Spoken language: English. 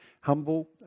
humble